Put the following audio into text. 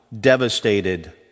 devastated